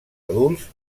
adults